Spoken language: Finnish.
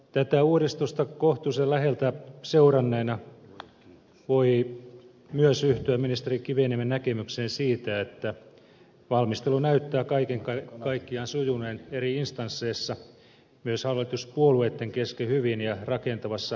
tätä uudistusta kohtuullisen läheltä seuranneena voi myös yhtyä ministeri kiviniemen näkemykseen siitä että valmistelu näyttää kaiken kaikkiaan sujuneen eri instansseissa myös hallituspuolueitten kesken hyvin ja rakentavassa ilmapiirissä